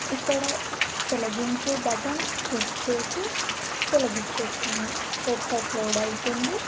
ఇక్కడ తొలగించు button click చేసి తొలగిస్తాను వెబ్సైట్ లోడ్ అవుతుంది